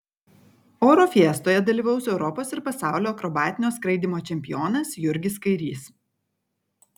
oro fiestoje dalyvaus europos ir pasaulio akrobatinio skraidymo čempionas jurgis kairys